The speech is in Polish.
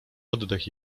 oddech